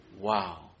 Wow